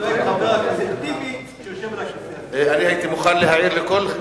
ממה שנוהג חבר הכנסת טיבי כשהוא יושב על הכיסא הזה.